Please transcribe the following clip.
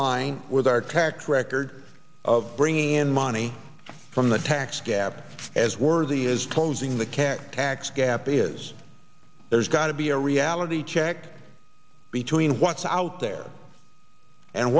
line with our tax record of bringing in money from the tax gap as worthy is closing the cat tax gap is there's got to be a reality check between what's out there and